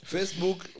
Facebook